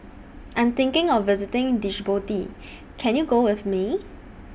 I Am thinking of visiting Djibouti Can YOU Go with Me